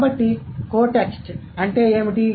కాబట్టి co text అంటే ఏమిటి